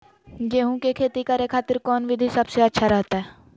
गेहूं के खेती करे खातिर कौन विधि सबसे अच्छा रहतय?